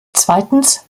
zweitens